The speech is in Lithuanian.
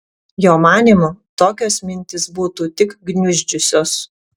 jo manymu tokios mintys būtų tik gniuždžiusios